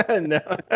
no